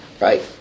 Right